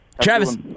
Travis